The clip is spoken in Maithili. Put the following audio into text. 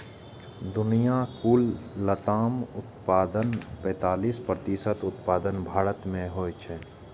दुनियाक कुल लताम उत्पादनक पैंतालीस प्रतिशत उत्पादन भारत मे होइ छै